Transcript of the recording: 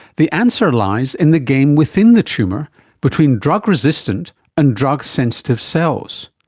the answer lies in the game within the tumour between drug resistant and drug sensitive cells.